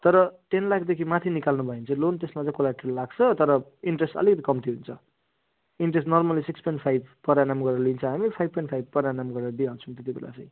तर टेन लाखदेखि माथि निकाल्नुभयो भने चाहिँ लोन त्यसमा चाहिँ कोलाट्रल लाग्छ तर इन्ट्रेस्ट अलिकति कम्ती हुन्छ इन्ट्रेस्टमा पनि मलाई सिक्स पोइन्ट फाइभ पर एनम गरेर लिन्छ हामी फाइभ पोइन्ट फाइभ पर एनम गरेर दिइहाल्छौँ त्यति बेला चाहिँ